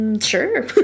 sure